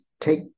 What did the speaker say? take